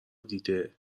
دیده